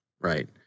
Right